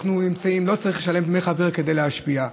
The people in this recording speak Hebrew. לא צריך לשלם דמי חבר כדי להשפיע.